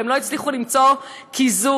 והם לא יצליחו למצוא קיזוז,